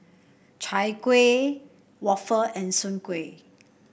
Chai Kuih Waffle and Soon Kuih